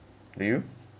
do you